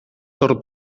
torn